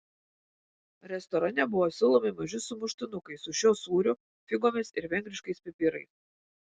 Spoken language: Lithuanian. restorane buvo siūlomi maži sumuštinukai su šiuo sūriu figomis ir vengriškais pipirais